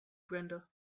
brenda